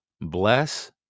Bless